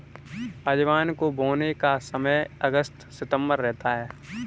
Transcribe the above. अजवाइन को बोने का समय अगस्त सितंबर रहता है